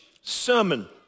sermon